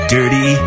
Dirty